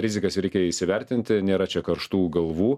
rizikas reikia įsivertinti nėra čia karštų galvų